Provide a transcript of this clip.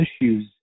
issues